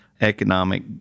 economic